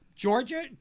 Georgia